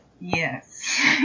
Yes